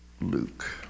Luke